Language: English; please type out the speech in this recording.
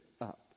up